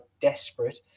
desperate